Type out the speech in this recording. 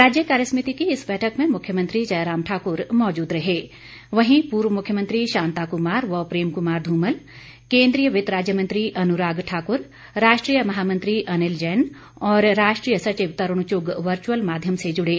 राज्य कार्यसमिति की इस बैठक में मुख्यमंत्री जयराम ठाक्र मौजूद रहे वहीं पूर्व मुख्यमंत्री शांता कुमार व प्रेम कुमार धूमल केन्द्रीय वित्त राज्य मंत्री अनुराग ठाक्र राष्ट्रीय महामंत्री अनिल जैन और राष्ट्रीय सचिव तरूण चुग वर्चुअल माध्यम से जुड़े